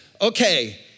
okay